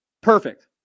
Perfect